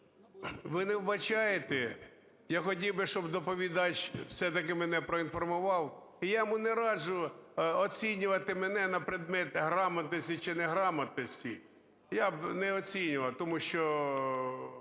ви не вбачаєте, я хотів би, щоб доповідач все-таки мене поінформував, я йому не раджу оцінювати мене на предмет грамотності чи неграмотності. Я б не оцінював, тому що